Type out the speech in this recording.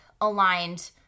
aligned